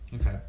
Okay